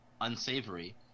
unsavory